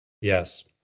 Yes